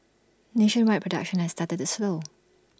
nationwide production has started to slow